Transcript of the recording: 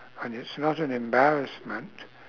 um it's not an embarrassment